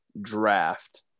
draft